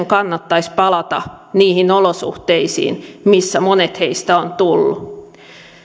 kannattaisi palata niihin olosuhteisiin joista monet heistä ovat tulleet